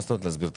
אם תוכל להסביר על